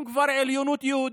אם כבר עליונות יהודית,